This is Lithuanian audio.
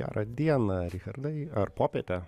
gerą dieną richardai ar popietę